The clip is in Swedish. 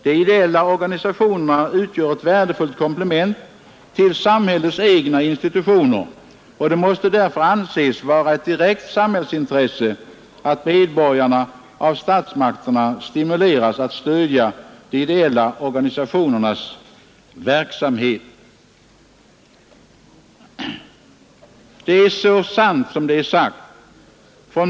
De ideella organisationerna utgör ett värdefullt komplement till samhällets egna institutioner, och det måste därför anses vara ett direkt samhällsintresse att medborgarna av statsmakterna stimuleras att stödja de ideella organisationernas verksamhet.” Det är så sant som det är sagt.